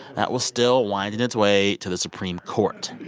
that was still winding its way to the supreme court